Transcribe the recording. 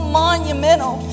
monumental